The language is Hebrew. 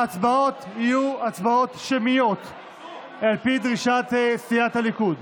ההצבעות יהיו הצבעות שמיות על פי דרישת סיעת הליכוד,